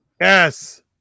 Yes